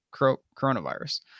coronavirus